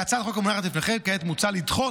בהצעת החוק המונחת לפניכם כעת מוצע לדחות